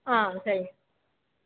ஆ சரிங்க